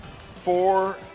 Four